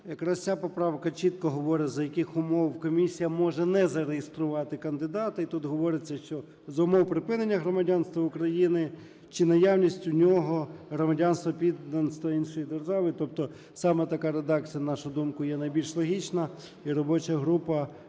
Якраз ця поправка чітко говорить, за яких умов комісія може не зареєструвати кандидата, і тут говориться, що за умов припинення громадянства України чи наявність у нього громадянства (підданства) іншої держави. Тобто саме така редакція, на нашу думку, є найбільш логічна, і робоча група